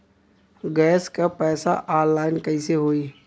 Gas क पैसा online कइसे होई?